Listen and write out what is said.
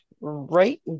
right